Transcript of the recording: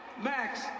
max